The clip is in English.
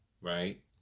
right